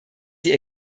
die